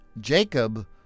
Jacob